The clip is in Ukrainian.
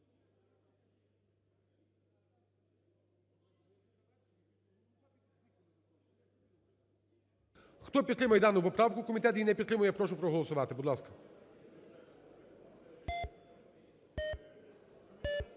Хто підтримує дану поправку, комітет її не підтримує, прошу проголосувати, будь ласка.